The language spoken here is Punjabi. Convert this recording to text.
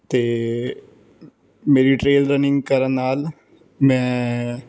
ਅਤੇ ਮੇਰੀ ਟਰੇਲ ਰਨਿੰਗ ਕਰਨ ਨਾਲ ਮੈਂ